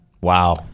Wow